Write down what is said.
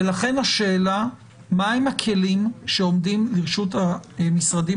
ולכן השאלה מה הם הכלים שעומדים לרשות המשרדים